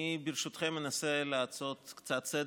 אני ברשותכם אנסה לעשות קצת סדר,